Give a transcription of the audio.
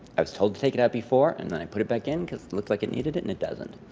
i was told to take it out before, and then i put it back in because it looked like it needed it, and it doesn't,